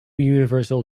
universal